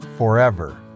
forever